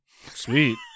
sweet